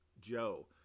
Joe